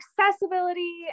accessibility